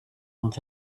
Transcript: want